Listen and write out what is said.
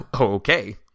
Okay